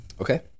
Okay